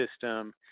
system